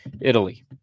Italy